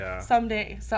someday